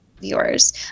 viewers